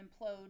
implode